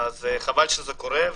חבל שזה קורה.